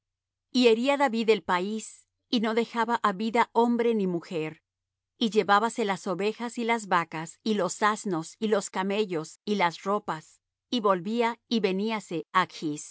y hería david el país y no dejaba á vida hombre ni mujer y llevábase las ovejas y las vacas y los asnos y los camellos y las ropas y volvía y veníase